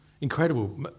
incredible